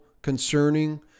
concerning